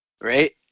right